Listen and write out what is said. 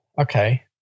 Okay